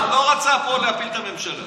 הוא לא רצה פה להפיל את הממשלה.